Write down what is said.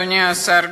אדוני השר,